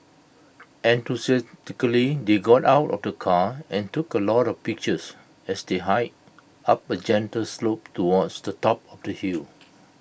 enthusiastically they got out of the car and took A lot of pictures as they hiked up A gentle slope towards the top of the hill